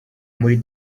muri